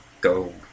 go